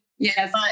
Yes